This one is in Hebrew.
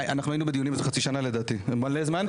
אנחנו היינו בדיונים חצי שנה לדעתי, מלא זהמן.